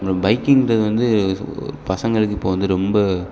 அப்புறம் பைக்கிங்ன்றது வந்து பசங்களுக்கு இப்போது வந்து ரொம்ப